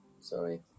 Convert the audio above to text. Sorry